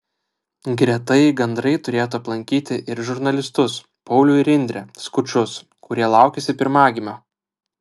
gretai gandrai turėtų aplankyti ir žurnalistus paulių ir indrę skučus kurie laukiasi pirmagimio